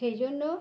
সেই জন্য